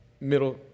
middle